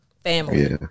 Family